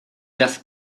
just